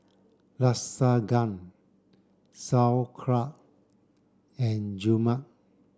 Lasagna Sauerkraut and Rajma